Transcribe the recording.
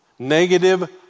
Negative